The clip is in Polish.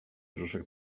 brzuszek